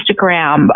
Instagram